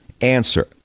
Answer